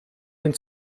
den